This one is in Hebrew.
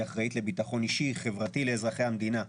היא אחראית לביטחון אישי-חברתי לאזרחי המדינה.